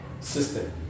system